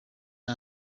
her